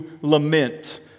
lament